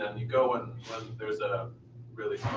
um you go when there's a really